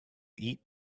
eat